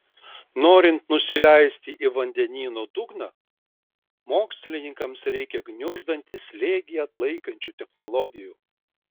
norint nusileisti į vandenyno dugną mokslininkams reikia gniuždantį slėgį atlaikančių technologijų